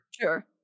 Sure